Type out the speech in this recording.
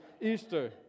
Easter